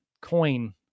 coin